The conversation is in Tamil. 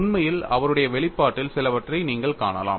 உண்மையில் அவருடைய வெளியீட்டில் சிலவற்றை நீங்கள் காணலாம்